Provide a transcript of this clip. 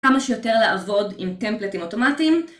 כמה שיותר לעבוד עם טמפלטים אוטומטיים